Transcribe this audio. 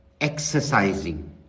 exercising